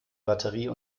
batterie